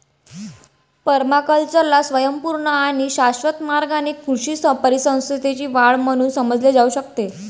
पर्माकल्चरला स्वयंपूर्ण आणि शाश्वत मार्गाने कृषी परिसंस्थेची वाढ म्हणून समजले जाऊ शकते